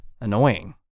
annoying